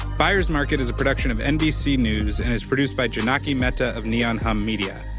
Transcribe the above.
byers market is a production of nbc news and is produced by jonaki mehta of neon hum media.